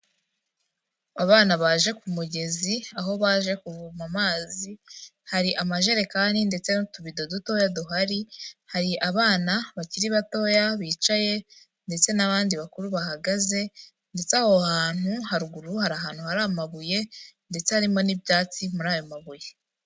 Abana baje ku mugezi, aho baje kuvoma amazi, hari amajerekani ndetse n'utubido dutoya duhari, abana bakiri batoya bicaye ndetse n'abandi bakuru bahagaze ndetse aho hantu haruguru hari ahantu hari amabuye ndetse harimo n'ibyatsi muri ayo mabuye.